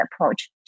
approach